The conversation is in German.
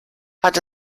hat